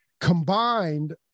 Combined